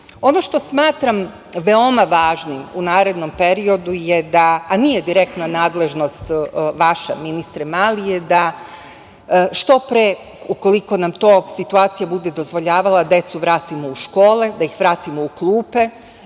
što smatram veoma važnim u narednom periodu je da, a nije direktna nadležnost vaša ministre Mali, je da što pre, ukoliko nam to situacija bude dozvoljavala, decu vratimo u škole, da ih vratimo u klupe